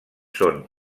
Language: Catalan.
són